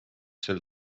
sel